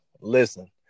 Listen